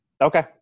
Okay